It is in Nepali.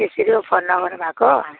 त्यसरी पो फोन नगर्नु भएको